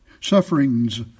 sufferings